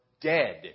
dead